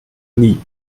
nie